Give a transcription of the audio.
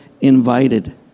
invited